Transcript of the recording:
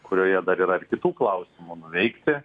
kurioje dar yra ir kitų klausimų nuveikti